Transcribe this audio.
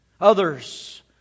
Others